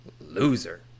Loser